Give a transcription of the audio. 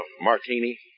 martini